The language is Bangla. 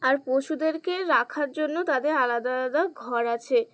আর পশুদেরকে রাখার জন্য তাদের আলাদা আলাদা ঘর আছে